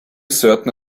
certain